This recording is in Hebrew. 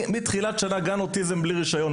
מתחילת שנה גן אוטיזם בלי רישיון,